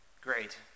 great